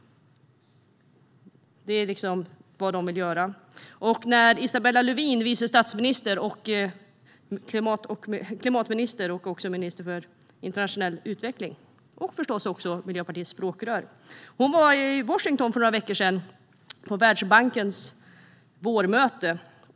Det är vad de vill göra. Isabella Lövin, vice statsminister, klimatminister och minister för internationell utveckling, och förstås också Miljöpartiets språkrör, var i Washington för några veckor sedan på Världsbankens vårmöte.